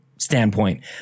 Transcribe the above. standpoint